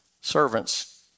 servants